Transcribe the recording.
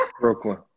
Brooklyn